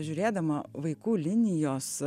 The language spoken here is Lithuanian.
žiūrėdama vaikų linijos